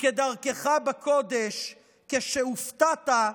וכדרכך בקודש, כשהופתעת,